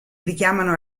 richiamano